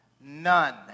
none